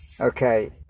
okay